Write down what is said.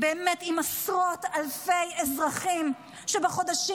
באמת עם עשרות אלפי אזרחים שבחודשים